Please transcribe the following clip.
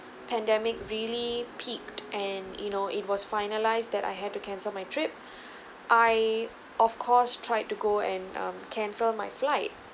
pandemic really peaked and you know it was finalized that I had to cancel my trip I of course tried to go and um cancel my flight